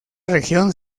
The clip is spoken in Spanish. región